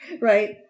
Right